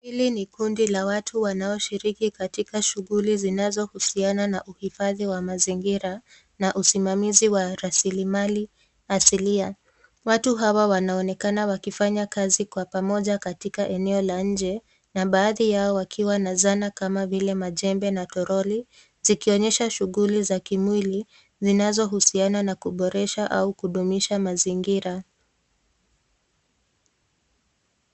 Hili ni kundi la watu wanao shiriki katika shughuli zinazo uhusiana na uhifadhi wa mazingira na usimamizi wa rasilimali hasia. Watu hawa wanaonekana wakifanya kazi kwa pamoja katika eneo la nje na baadhi yao wakiwa na zana kama majembe na toroli zikionyesha shughuli za kimwili zinazo husiana na kuboresha au kudumisha mazingira